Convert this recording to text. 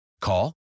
Call